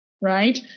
right